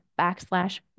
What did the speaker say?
backslash